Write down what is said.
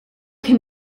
him